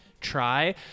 try